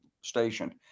stationed